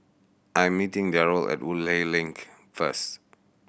I'm meeting Darryle at Woodleigh Link first